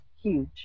huge